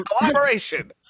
collaboration